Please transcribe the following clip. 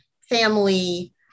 family